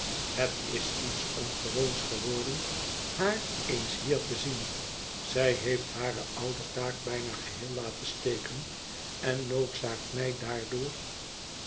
het is iets ongewoons geworden haar eens hier te zien zij heeft hare oude taak bijna geheel laten steken en noodzaakt mij daardoor